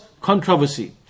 controversy